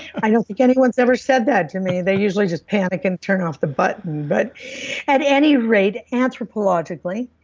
i don't think anyone's ever said that to me. they usually just panic and turn off the button. but at any rate, anthropologically,